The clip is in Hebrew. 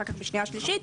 בשנייה ושלישית,